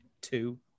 two